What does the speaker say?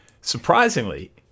surprisingly